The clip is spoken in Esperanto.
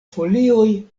folioj